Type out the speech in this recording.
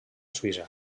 suïssa